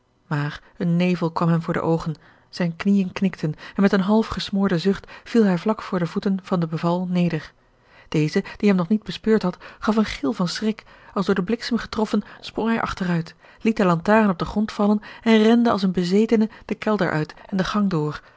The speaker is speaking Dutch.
maar een nevel kwam hem voor de oogen zijne knieën knikten en met eene half gesmoorde zucht viel hij vlak voor de voeten van de beval neder deze die hem nog niet bespeurd had gaf een gil van schrik als door den bliksem getroffen sprong hij achteruit liet de lantaarn op den grond vallen en rende als een bezetene den kelder uit en den gang door